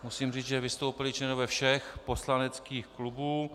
Musím říct, že vystoupili členové všech poslaneckých klubů.